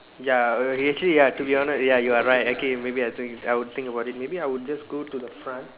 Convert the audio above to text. ya okay actually ya to be honest ya you are right okay maybe I think I will think about it maybe I would just go to the front